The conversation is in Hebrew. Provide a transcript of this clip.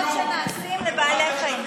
את העוולות שנעשות לבעלי חיים.